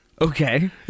okay